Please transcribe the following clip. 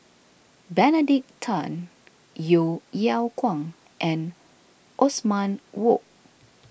Benedict Tan Yeo Yeow Kwang and Othman Wok